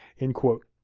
end quote.